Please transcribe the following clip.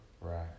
Right